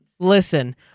Listen